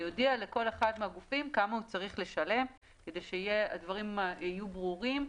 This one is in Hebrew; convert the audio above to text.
ויודיע לכל אחד מן הגופים כמה הוא צריך לשלם כדי שהדברים יהיו ברורים,